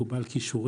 הוא בעל כישורים.